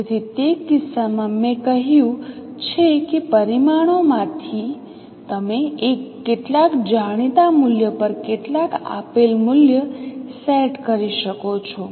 તેથી તે કિસ્સામાં મેં કહ્યું છે કે પરિમાણોમાંથી તમે એક કેટલાક જાણીતા મૂલ્ય પર કેટલાક આપેલ મૂલ્ય સેટ કરી શકો છો